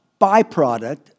byproduct